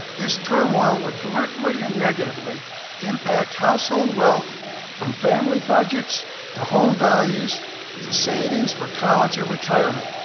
this turmoil would directly and negatively impact household wealth from family budgets to home values to savings for college and retirement.